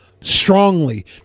strongly